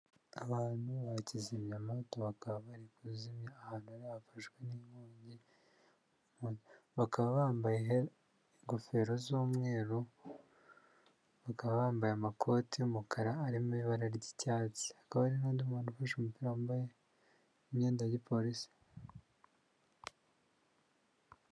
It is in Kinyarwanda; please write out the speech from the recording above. Abantu bakizimyamoto bakaba bari kuzimya ahantu hari bafashwe n'inkongi, bakaba bambaye ingofero z'umweru, bakaba bambaye amakoti y'umukara arimo ibara ry'icyatsi, hakaba n'undi muntu ufashe umupira wambaye imyenda y'agipolisi.